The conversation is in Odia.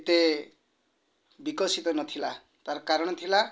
ଏତେ ବିକଶିତ ନଥିଲା ତା'ର କାରଣ ଥିଲା